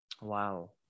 Wow